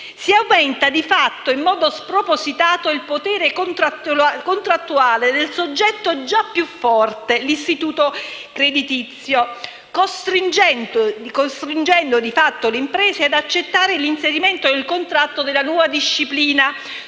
si aumenta di fatto in modo spropositato il potere contrattuale del soggetto già più forte, ossia l'istituto creditizio, costringendo di fatto le imprese ad accettare l'inserimento nel contratto della nuova disciplina,